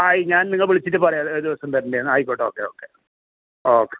ആയി ഞാൻ നിങ്ങൾ വിളിച്ചിട്ട് പറയാം ഏത് ദിവസം വരേണ്ടതെന്ന് ആയിക്കോട്ടെ ഓക്കെ ഓക്കെ ഓക്കെ